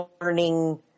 learning